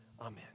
amen